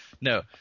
no